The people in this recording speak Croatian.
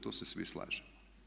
To se svi slažemo.